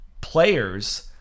players